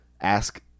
ask